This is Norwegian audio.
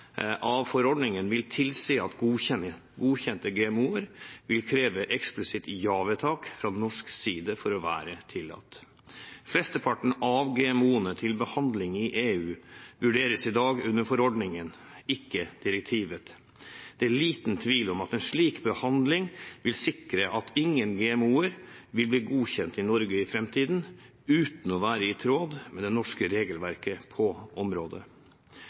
av forordningen vil tilse at godkjente GMO-er vil kreve et eksplisitt ja-vedtak fra norsk side for å være tillatt. Flesteparten av GMO-ene til behandling i EU vurderes i dag under forordningen, ikke direktivet. Det er liten tvil om at en slik behandling vil sikre at ingen GMO-er vil bli godkjent i Norge i framtiden uten å være i tråd med det norske regelverket på området.